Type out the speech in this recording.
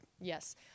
Yes